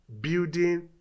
building